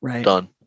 Done